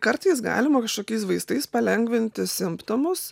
kartais galima kažkokiais vaistais palengvinti simptomus